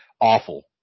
awful